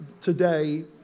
today